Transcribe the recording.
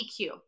EQ